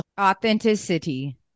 authenticity